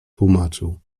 tłumaczył